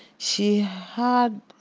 she had